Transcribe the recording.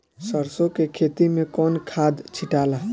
सरसो के खेती मे कौन खाद छिटाला?